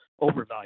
overvalued